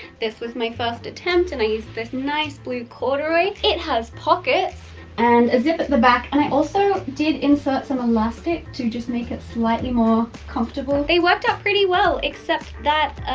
this was my first attempt and i used this nice blue corduroy it has pockets and zip at the back and i also did insert some elastic to just make it slightly more comfortable. they worked out pretty well, except that,